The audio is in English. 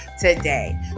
today